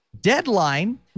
Deadline